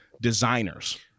designers